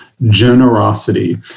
generosity